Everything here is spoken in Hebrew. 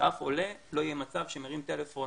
שאף עולה לא יהיה במצב שהוא מרים טלפון